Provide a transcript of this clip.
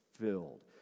filled